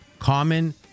Common